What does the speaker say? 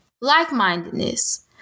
like-mindedness